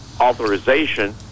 authorization